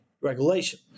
regulation